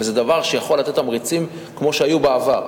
וזה דבר שיכול לתת תמריצים כמו שהיו בעבר.